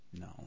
No